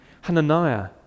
Hananiah